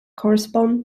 correspond